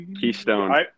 keystone